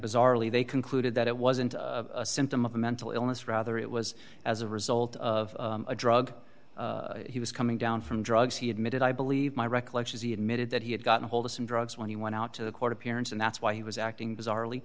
bizarrely they concluded that it wasn't a symptom of a mental illness rather it was as a result of a drug he was coming down from drugs he admitted i believe my recollection is he admitted that he had gotten hold of some drugs when he went out to the court appearance and that's why he was acting bizarre